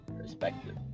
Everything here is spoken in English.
perspective